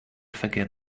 forget